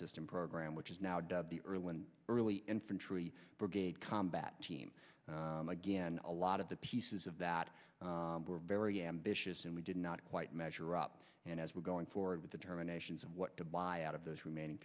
system program which is now done erland early infantry brigade combat team again a lot of the pieces of that were very ambitious and we did not quite measure up and as we're going forward with the terminations and what to buy out of those remaining